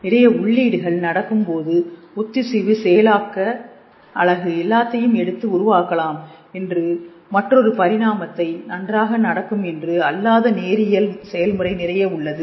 நிறைய உள்ளீடுகள் நடக்கும்போது ஒத்திசைவு செயலாக்க அழகு எல்லாத்தையும் எடுத்து உருவாக்கலாம் என்று மற்றொரு பரிணாமத்தை நன்றாக நடக்கும் என்று அல்லாத நேரியல் செயல்முறை நிறைய உள்ளது